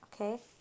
Okay